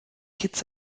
kitts